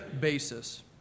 basis